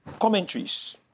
commentaries